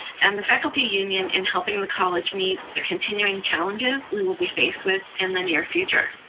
and the faculty union in helping the college meet the continuing challenges we will be faced with in the near future.